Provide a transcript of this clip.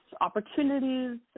opportunities